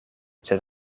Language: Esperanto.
sed